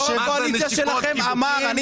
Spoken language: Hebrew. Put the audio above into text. יושב ראש הקואליציה שלכם אמר שהוא